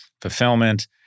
fulfillment